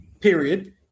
period